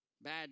bad